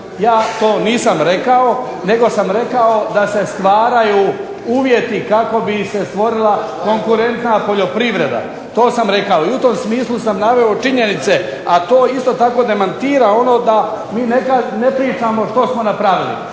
Ja to nisam rekao, nego sam rekao da se stvaraju uvjeti kako bi se stvorila konkurentna poljoprivreda. To sam rekao. I u tom smislu sam naveo činjenice, a to isto tako demantira ono da mi ne pričamo što smo napravili,